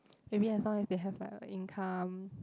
maybe as long as they have like a income